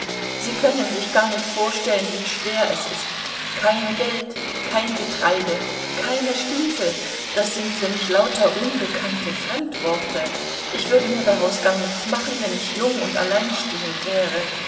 sie können sich gar nicht vorstellen wie schwer es ist kein geld kein getreide keine stiefel das sind für mich lauter unbekannte fremdworte ich würde mir daraus gar nichts machen wenn ich jung und alleinstehend wäre